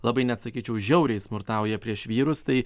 labai net sakyčiau žiauriai smurtauja prieš vyrus tai